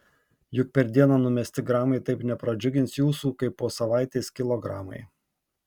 juk per dieną numesti gramai taip nepradžiugins jūsų kaip po savaitės kilogramai